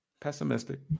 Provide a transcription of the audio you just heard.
pessimistic